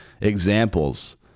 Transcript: examples